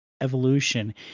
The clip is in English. Evolution